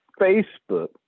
Facebook